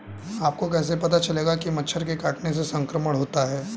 आपको कैसे पता चलेगा कि मच्छर के काटने से संक्रमण होता है?